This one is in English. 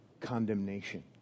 condemnation